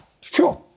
Sure